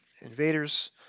invaders